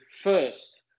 first